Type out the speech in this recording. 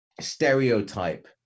stereotype